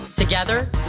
Together